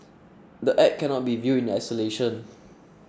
the Act cannot be viewed in isolation